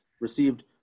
received